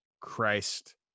Christ